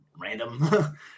random